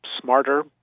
smarter